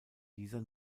dieser